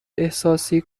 احساسی